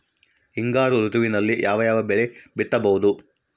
ಹಿಂಗಾರು ಋತುವಿನಲ್ಲಿ ಯಾವ ಯಾವ ಬೆಳೆ ಬಿತ್ತಬಹುದು?